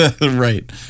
Right